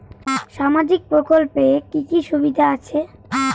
সামাজিক প্রকল্পের কি কি সুবিধা আছে?